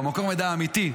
מקור המידע האמיתי,